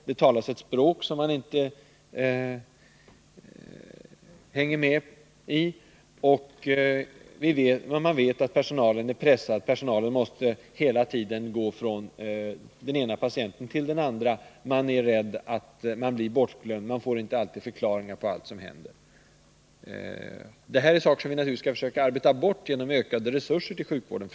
Det talas ett språk som man inte hänger med i, och man vet att personalen är pressad — de måste ofta jäkta från den ena patienten till den andra. Man är rädd att man blir bortglömd, man får inte förklaringar till allt som händer. Det här är saker som vi naturligtvis skall försöka arbeta bort, framför allt genom ökade resurser till sjukvården.